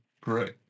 Correct